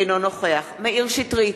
אינו נוכח מאיר שטרית,